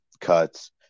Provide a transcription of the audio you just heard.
cuts